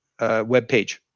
webpage